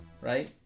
right